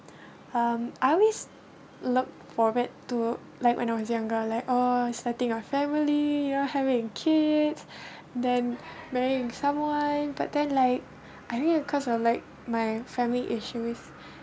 um I always look forward to like when I was younger like oh setting of family you know having an kids then then marrying someone but then like I mean of course like my family issues